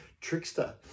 trickster